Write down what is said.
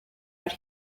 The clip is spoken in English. out